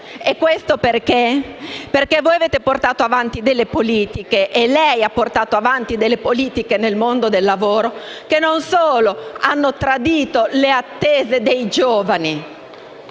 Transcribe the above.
e questo perché voi avete portato avanti delle politiche, e lei ha portato avanti delle politiche nel mondo del lavoro che non solo hanno tradito le attese dei giovani